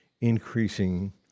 increasing